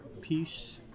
peace